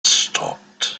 stopped